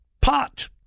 pot